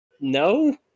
no